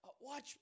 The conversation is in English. watch